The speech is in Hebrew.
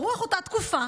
ברוח אותה תקופה,